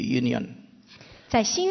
union